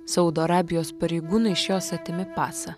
saudo arabijos pareigūnai iš jos atėmė pasą